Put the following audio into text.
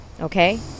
okay